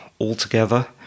altogether